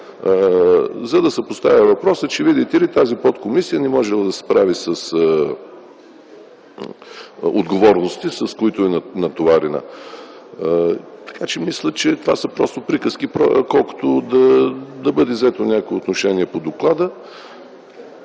за да се поставя въпросът, че, виждате ли, подкомисията не можела да се справи с отговорностите, с които е натоварена. Така че мисля, че това са просто приказки, колкото да бъде взето някакво отношение по доклада,